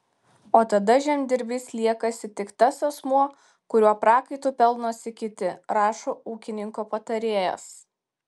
o tada žemdirbys liekasi tik tas asmuo kurio prakaitu pelnosi kiti rašo ūkininko patarėjas